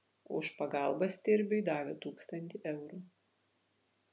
už pagalbą stirbiui davė tūkstantį eurų